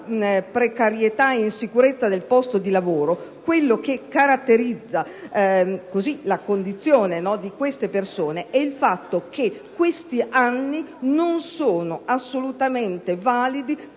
precarietà e insicurezza del posto di lavoro, ciò che caratterizza la condizione di queste persone è il fatto che questi anni non sono assolutamente validi